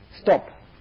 Stop